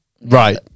right